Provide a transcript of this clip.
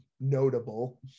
notable